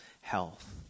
health